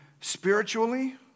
spiritually